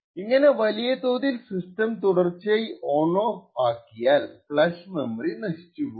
ഇങ്ങനെ വലിയ തോതിൽ സിസ്റ്റം തുടർച്ചയായി ഓൺ ഓഫ് ആയാൽ ഫ്ലാഷ് മെമ്മറി നശിച്ചുപോകും